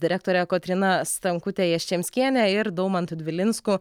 direktore kotryna stankute jaščemskiene ir daumantu dvilinsku